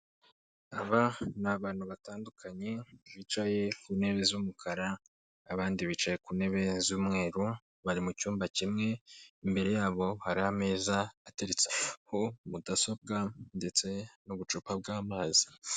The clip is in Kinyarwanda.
Aba ni abantu batandukanye bicaye ku ntebe z'umukara, abandi bicaye ku ntebe z'umweru bari mu cyumba kimwe, imbere yabo hari ameza ateretseho mudasobwa ndetse n'ubucupa bw'amazi.